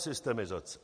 Systemizace